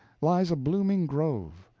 lies a blooming grove,